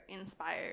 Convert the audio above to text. inspired